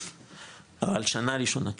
על השנה הראשונה,